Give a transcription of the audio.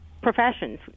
professions